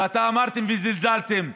ואתם אמרתם וזלזלתם.